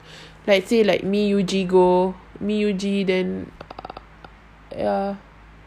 like say like me you G go me you G then ya